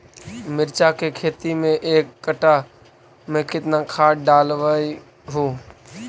मिरचा के खेती मे एक कटा मे कितना खाद ढालबय हू?